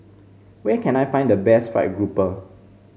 where can I find the best fried grouper